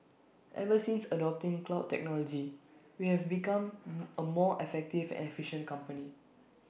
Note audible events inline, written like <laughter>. ever since adopting cloud technology we have become <hesitation> A more effective and efficient company